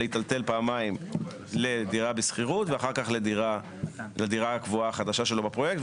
להיטלטל פעמיים לדירה בשכירות ואחר כך לדירה הקבועה החדשה שלו בפרויקט,